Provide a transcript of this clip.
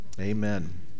amen